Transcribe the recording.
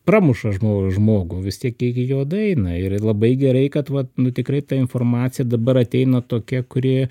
pramuša žmogų žmogų vis tiek iki jo daeina ir labai gerai kad vat nu tikrai ta informacija dabar ateina tokia kuri